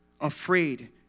afraid